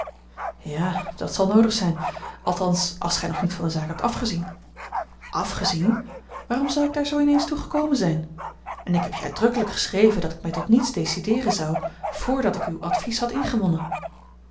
ja dat zal noodig zijn althans als gij nog niet van de zaak hebt afgezien afgezien waarom zou ik daar zoo in eens toe gekomen zijn en ik heb je uitdrukkelijk geschreven dat ik mij tot niets decideeren zou voordat ik uw advies had ingewonnen